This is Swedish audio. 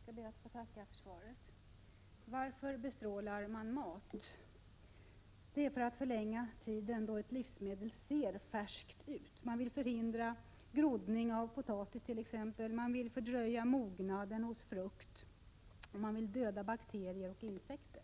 Fru talman! Jag skall be att få tacka för svaret! Varför bestrålar man mat? Det är för att förlänga den tid under vilken ett livsmedel ser färskt ut. Man vill förhindra groddning av potatis t.ex. Man vill fördröja mognaden hos frukt. Man vill döda bakterier och insekter.